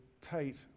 Tate